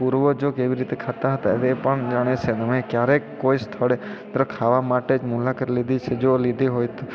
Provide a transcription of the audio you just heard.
પૂર્વજો કેવી રીતે ખાતા હતા તે પણ જાણે છે તમે ક્યારેય કોઈ સ્થળે પ્ર ખાવા માટે જ મુલાકાત લીધી છે જો લીધી હોય તો